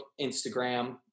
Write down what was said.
Instagram